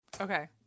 Okay